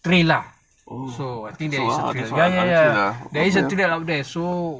trail lah so I think there is ya ya ya there is a trail out there so